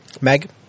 Meg